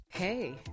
Hey